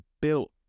built